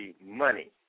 money